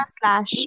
slash